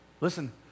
Listen